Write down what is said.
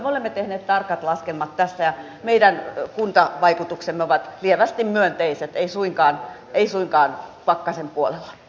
me olemme tehneet tarkat laskelmat tässä ja meidän kuntavaikutuksemme ovat lievästi myönteiset eivät suinkaan pakkasen puolella